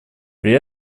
при